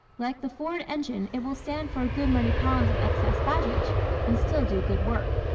like the ford engine, it will stand for a good many pounds of excess baggage and still do good work.